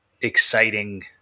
exciting